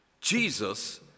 Jesus